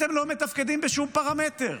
אתם לא מתפקדים בשום פרמטר.